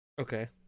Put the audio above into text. Okay